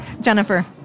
Jennifer